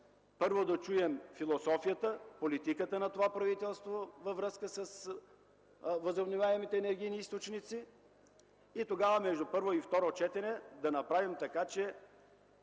първо да чуем философията, политиката на това правителство във връзка с възобновяемите енергийни източници и тогава да направим така, че